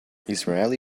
israeli